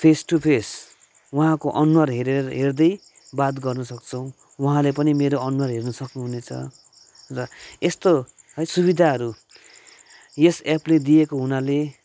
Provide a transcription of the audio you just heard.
face to face उहाँको अनुहार हेरे हेर्दै बात गर्नु सक्छौँ उहाँले पनि मेरो अनुहार हेर्न सक्नुहुनेछ र यस्तो है सुविधाहरू यस एपले दिएको हुनाले